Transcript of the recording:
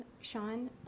Sean